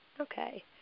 Okay